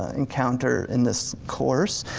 encounter in this course.